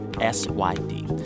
S-Y-D